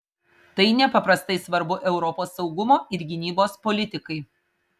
tai nepaprastai svarbu europos saugumo ir gynybos politikai